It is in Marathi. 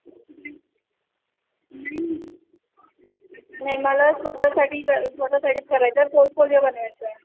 नाही मला स्वतःसाठी कर स्वतःसाठीच करायचा आहे पोर्टफोलिओ बनवायचा आहे